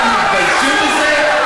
מה, הם מתביישים בזה?